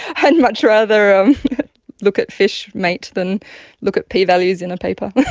i'd much rather um look at fish mate than look at p-values in a paper.